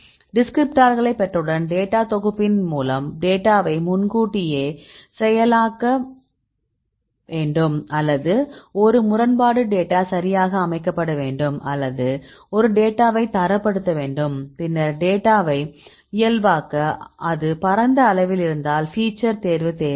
டிஸ்கிரிப்டார்களை பெற்றவுடன் டேட்டா தொகுப்பின் மூலம் டேட்டாவை முன்கூட்டியே செயலாக்க வேண்டும் அல்லது ஒரு முரண்பாடு டேட்டா சரியாக அமைக்கப்பட வேண்டும் அல்லது ஒரு டேட்டாவை தரப்படுத்த வேண்டும் பின்னர் டேட்டாவை இயல்பாக்க அது பரந்த அளவில் இருந்தால் ஃபீச்சர் தேர்வு தேவை